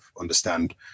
understand